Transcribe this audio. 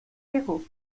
zéro